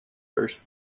first